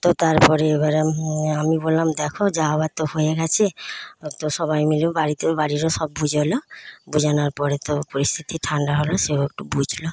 তো তারপরে এবারে আমি বললাম দেখো যা হবার তো হয়ে গেছে তো সবাই মিলে বাড়িতে বাড়িরও সব বোঝালো বোঝানোর পরে তো পরিস্থিতি ঠান্ডা হল সেও একটু বুঝলো